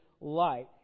light